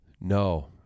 No